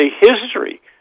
history